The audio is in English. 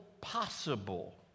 possible